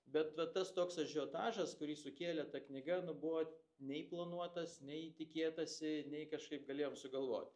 bet va tas toks ažiotažas kurį sukėlė ta knyga nu buvo nei planuotas nei tikėtasi nei kažkaip galėjom sugalvot